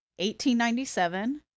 1897